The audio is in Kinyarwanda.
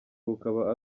bukaba